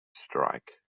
strike